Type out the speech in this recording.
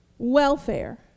welfare